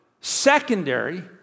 secondary